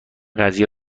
قضیه